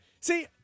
See